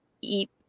eat